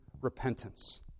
repentance